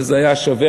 וזה היה שווה,